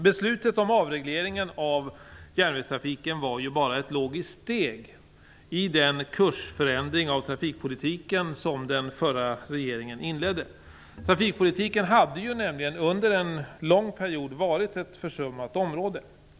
Beslutet om avregleringen av järnvägstrafiken var ett logiskt steg i den kursförändring av trafikpolitiken som den förra regeringen inledde. Trafikpolitiken hade under en lång period varit ett försummat område.